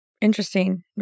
interesting